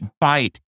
bite